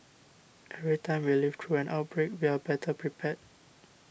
every time we live through an outbreak we are better prepared